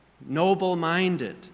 Noble-minded